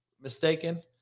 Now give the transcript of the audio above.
mistaken